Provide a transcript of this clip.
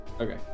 Okay